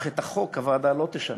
אך את החוק הוועדה לא תשנה,